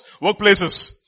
workplaces